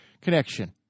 connection